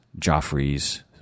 Joffrey's